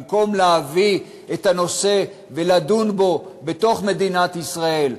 במקום להביא את הנושא ולדון בו בתוך מדינת ישראל,